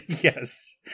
Yes